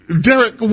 Derek